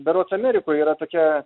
berods amerikoj yra tokie